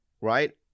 right